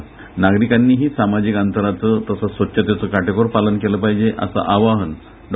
परंतू नागरिकांनीही सामाजिक अंतराचे तसच स्वच्छतेचं काटेकोर पालन केलं पाहिजे असं आवाहन डॉ